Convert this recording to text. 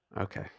Okay